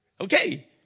Okay